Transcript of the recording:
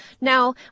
Now